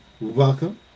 Welcome